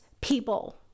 people